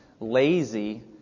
Lazy